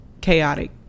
chaotic